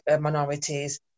minorities